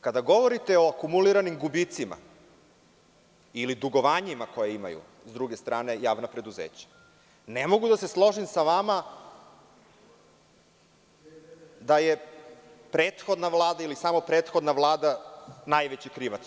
Kada govorite o akumuliranim gubicima ili dugovanjima koja imaju, s druge strane, javna preduzeća, ne mogu da se složim sa vama da je prethodna Vlada ili samo prethodna Vlada najveći krivac.